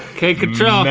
kaye kitrell,